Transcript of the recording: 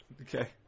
Okay